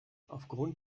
aufgrund